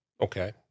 Okay